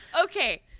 Okay